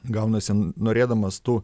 gaunasi norėdamas tu